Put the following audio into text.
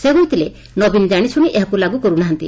ସେ କହିଥିଲେ ନବୀନ ଜାଶିଶୁଣି ଏହାକୁ ଲାଗୁ କରୁ ନାହାଁନ୍ତି